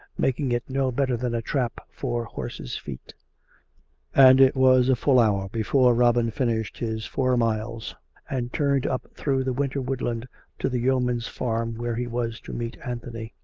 making it no better than a trap for horses' feet and it was a full hour before robin finished his four miles and turned up through the winter woodland to the yeoman's farm where he was to meet anthony.